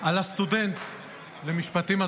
על הסטודנט למשפטים,